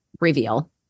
reveal